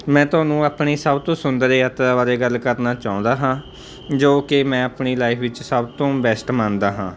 ਮੈਂ ਤੁਹਾਨੂੰ ਆਪਣੀ ਸਭ ਤੋਂ ਸੁੰਦਰ ਯਾਤਰਾ ਬਾਰੇ ਗੱਲ ਕਰਨਾ ਚਾਹੁੰਦਾ ਹਾਂ ਜੋ ਕਿ ਮੈਂ ਆਪਣੀ ਲਾਈਫ ਵਿੱਚ ਸਭ ਤੋਂ ਬੈਸਟ ਮੰਨਦਾ ਹਾਂ